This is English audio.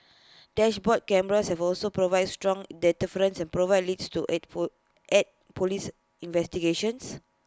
dashboard cameras have also provided strong deterrence and provided leads to aid for aid Police investigations